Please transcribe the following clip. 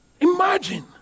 Imagine